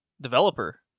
developer